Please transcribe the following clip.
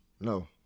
No